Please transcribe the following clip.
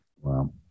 Wow